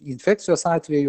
infekcijos atveju